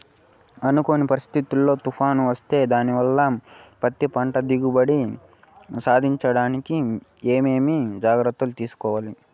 అనుకోని పరిస్థితుల్లో తుఫాను వస్తే దానివల్ల పత్తి పంట దిగుబడి సాధించడానికి ఏమేమి జాగ్రత్తలు తీసుకోవాలి?